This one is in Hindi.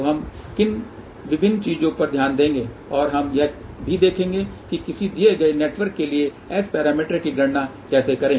तो हम किन विभिन्न चीजों पर ध्यान देंगे और हम यह भी देखेंगे कि किसी दिए गए नेटवर्क के लिए S पैरामीटर की गणना कैसे करें